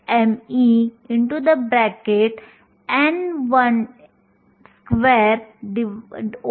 विखुरलेल्या वेळेसाठी काही गणना करण्यासाठी आपण याचा वापर करू शकतो